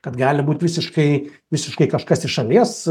kad gali būti visiškai visiškai kažkas iš šalies